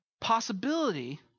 possibility